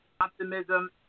optimism